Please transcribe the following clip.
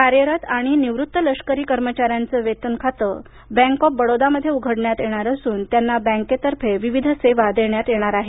कार्यरत आणि निवृत्त लष्करी कर्मचाऱ्यांचे वेतन खाते बँक ऑफ बडोदामध्ये उघडण्यात येणार असून त्यांना बँकेतर्फे विविध सेवा देण्यात येणार आहेत